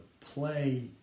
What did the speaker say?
play